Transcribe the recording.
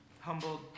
humbled